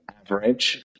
average